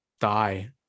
die